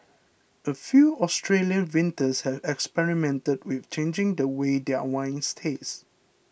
a few Australian vintners have experimented with changing the way their wines taste